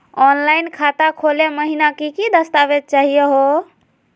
Online खाता खोलै महिना की की दस्तावेज चाहीयो हो?